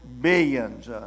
billions